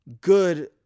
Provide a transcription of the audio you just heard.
good